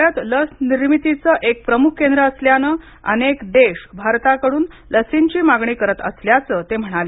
भारत लस निर्मितीचं एक प्रमुख केंद्र असल्याने अनेक देश भारताकडून लसींची मागणी करत असल्याचं ते म्हणाले